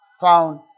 found